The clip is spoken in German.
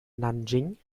nanjing